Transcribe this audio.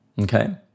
okay